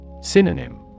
Synonym